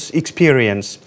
experience